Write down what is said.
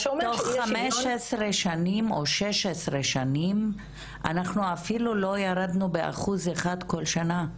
תוך 15 שנים או 16 שנים אנחנו אפילו לא ירדנו באחוז אחד כל שנה?